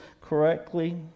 correctly